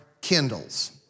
kindles